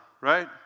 Right